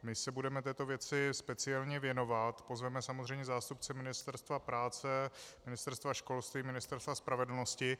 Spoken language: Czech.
My se budeme této věci speciálně věnovat, pozveme samozřejmě zástupce Ministerstva práce, Ministerstva školství, Ministerstva spravedlnosti.